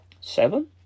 Seven